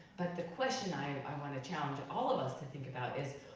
but the question i i wanna challenge all of us to think about is,